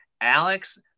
Alex